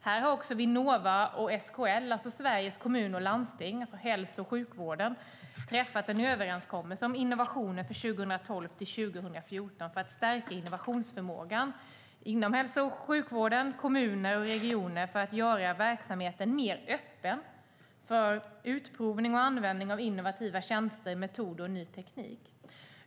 Här har också Vinnova och SKL, Sveriges Kommuner och Landsting, hälso och sjukvården, träffat en överenskommelse om innovationer för 2012 till 2014 för att stärka innovationsförmågan inom hälso och sjukvården, kommuner och regioner för att göra verksamheten mer öppen för utprovning och användning av innovativa tjänster, metoder och ny teknik.